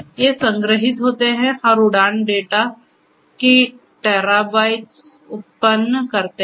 ये संग्रहीत होते हैं हर उड़ान डेटा की टेराबाइट्स उत्पन्न करते हैं